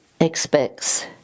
expects